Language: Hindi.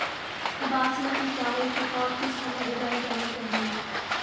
बासमती चावल की पौध किस समय उगाई जानी चाहिये?